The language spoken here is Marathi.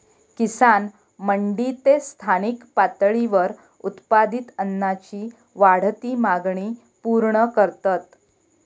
किसान मंडी ते स्थानिक पातळीवर उत्पादित अन्नाची वाढती मागणी पूर्ण करतत